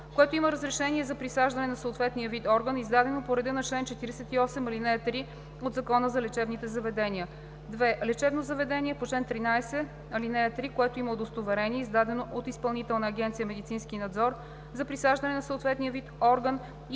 което има разрешение за присаждане на съответния вид орган, издадено по реда на чл. 48, ал. 3 от Закона за лечебните заведения; 2. лечебно заведение по чл. 13, ал. 3, което има удостоверение, издадено от Изпълнителна агенция „Медицински надзор“ за присаждане на съответния вид орган и